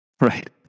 Right